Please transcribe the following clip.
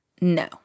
no